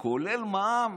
לא כולל מע"מ?